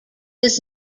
does